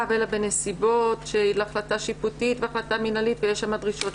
אלא בנסיבות של החלטה משפטית והחלטה מינהלית ויש שם דרישות.